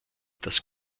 das